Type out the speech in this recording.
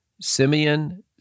Simeon